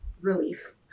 relief